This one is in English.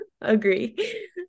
agree